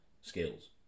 skills